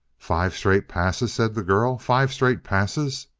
five straight passes! said the girl. five straight passes!